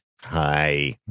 Hi